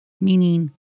Meaning